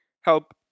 help